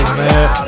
man